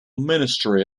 ministry